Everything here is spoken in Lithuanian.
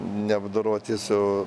neapdoroti su